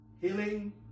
healing